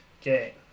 Okay